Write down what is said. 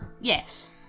yes